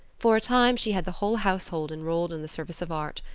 for a time she had the whole household enrolled in the service of art.